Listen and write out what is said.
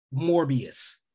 Morbius